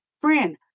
Friend